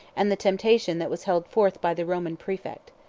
and the temptation that was held forth by the roman praefect.